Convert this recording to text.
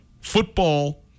football